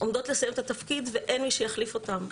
עומדות לסיים את התפקיד ואין מי שיחליף אותן.